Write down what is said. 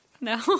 No